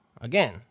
again